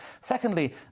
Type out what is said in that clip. Secondly